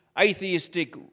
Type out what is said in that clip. atheistic